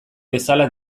bezala